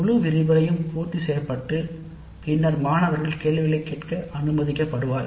முழு விரிவுரையும் பூர்த்தி செய்யப்பட்டு பின்னர் மாணவர்கள் கேள்விகளைக் கேட்க அனுமதிக்கப்படுவார்கள்